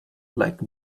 like